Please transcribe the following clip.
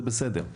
זה בסדר.